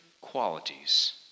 qualities